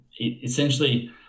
essentially